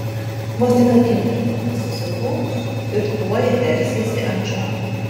vos tik akimirką nesusikaupk ir tuoj versiesi ant šono